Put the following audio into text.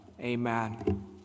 amen